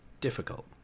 difficult